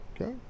Okay